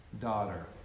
daughter